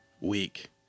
week